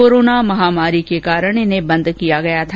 corona महामारी के कारण इन्हें बंद किया गया था